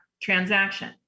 transaction